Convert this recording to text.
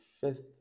first